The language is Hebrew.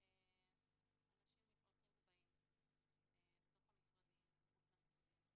אנשים הולכים ובאים בתוך המשרדים ומחוץ למשרדים,